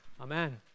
Amen